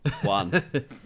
one